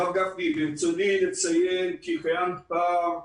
הרב גפני, ברצוני לציין כי קיים פער,